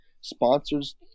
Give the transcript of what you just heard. sponsors